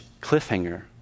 cliffhanger